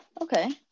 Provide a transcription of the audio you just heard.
Okay